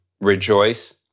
rejoice